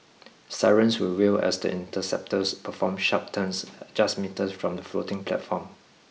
sirens will wail as the interceptors perform sharp turns just metres from the floating platform